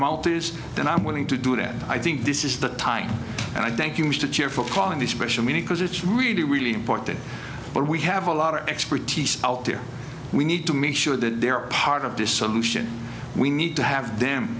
mouth is then i'm willing to do it and i think this is the time and i thank you much to cheer for calling the special meeting because it's really really important but we have a lot of expertise out there we need to make sure that they are part of this solution we need to have them